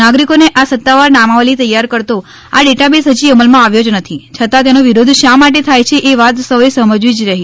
નાગરિકોની આ સત્તાવાર નામાવલી તૈયાર કરતો આ ડેટાબેસ હજી અમલ માં આવ્યો જ નથી છતાં તેનો વિરોધ શા માટે થાય છે એ વાત સૌ એ સમજવી જ રહી